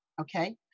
Okay